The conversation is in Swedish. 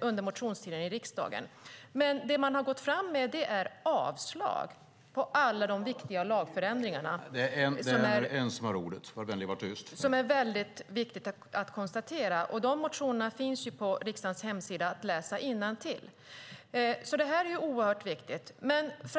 under motionstiden i riksdagen. Men det man har gått fram med är avslag på alla de viktiga lagförändringarna, och det är viktigt att konstatera. De motionerna finns att läsa innantill på riksdagens hemsida.